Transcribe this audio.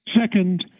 Second